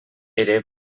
ere